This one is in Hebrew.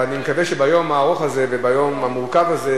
אבל אני מקווה שביום הארוך הזה וביום המורכב הזה,